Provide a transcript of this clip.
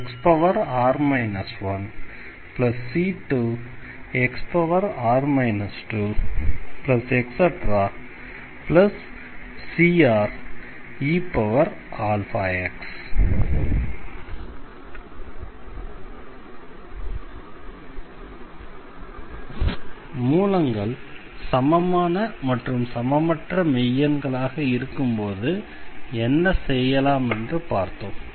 yc1xr 1c2xr 2creαx மூலங்கள் சமமான மற்றும் சமமற்ற மெய்யெண்களாக இருக்கும்போது என்ன செய்யலாம் என்று பார்த்தோம்